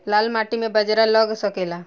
लाल माटी मे बाजरा लग सकेला?